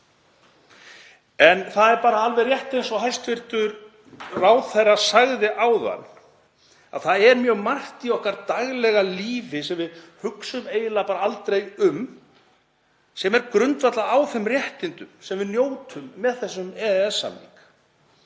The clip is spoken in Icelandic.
En það er bara alveg rétt eins og hæstv. ráðherra sagði áðan að það er mjög margt í okkar daglega lífi sem við hugsum eiginlega aldrei um, sem er grundvallað á þeim réttindum sem við njótum með þessum EES-samningi.